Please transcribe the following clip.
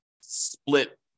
split